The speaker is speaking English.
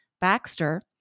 Baxter